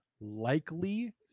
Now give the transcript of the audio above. likely